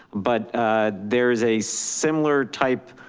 but there is a similar type.